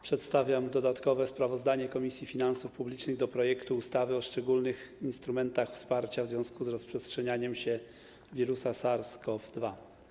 Przedstawiam dodatkowe sprawozdanie Komisji Finansów Publicznych o projekcie ustawy o szczególnych instrumentach wsparcia w związku z rozprzestrzenianiem się wirusa SARS-CoV-2.